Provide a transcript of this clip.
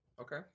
Okay